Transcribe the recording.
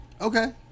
Okay